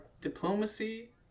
diplomacy